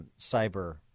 cyber